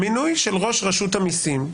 מינוי של ראש רשות המיסים,